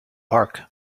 park